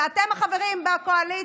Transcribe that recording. ואתם, החברים בקואליציה,